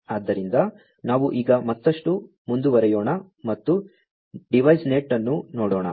ಆದ್ದರಿಂದ ನಾವು ಈಗ ಮತ್ತಷ್ಟು ಮುಂದುವರಿಯೋಣ ಮತ್ತು DeviceNet ಅನ್ನು ನೋಡೋಣ